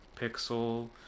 Pixel